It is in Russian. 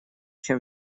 чем